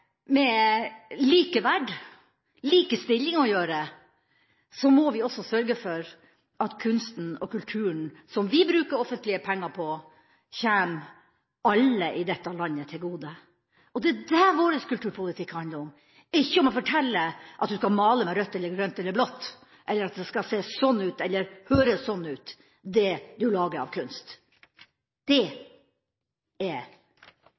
likeverd og likestilling å gjøre, må vi også sørge for at kunsten og kulturen, som vi bruker offentlige penger på, kommer alle i dette landet til gode. Det er det vår kulturpolitikk handler om – ikke om å fortelle at du skal male med rødt, grønt eller blått, eller at det du lager av kunst skal se slik ut eller høres slik ut. Det er poenget. Representanten Håbrekke sa at det